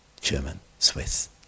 German-Swiss